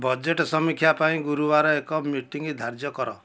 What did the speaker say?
budget ସମୀକ୍ଷା ପାଇଁ ଗୁରୁବାର ଏକ ମିଟିଂ ଧାର୍ଯ୍ୟ କର